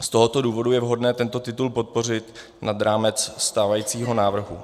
Z tohoto důvodu je vhodné tento titul podpořit nad rámec stávajícího návrhu.